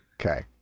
Okay